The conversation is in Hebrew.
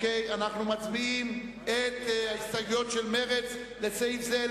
אנחנו מצביעים על ההסתייגות של מרצ לסעיף זה.